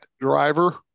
driver